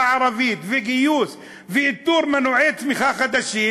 הערבית וגיוס ואיתור מנועי צמיחה חדשים,